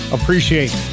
Appreciate